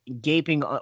gaping